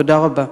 תודה רבה.